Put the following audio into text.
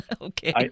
Okay